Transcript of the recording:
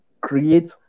create